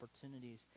opportunities